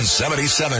77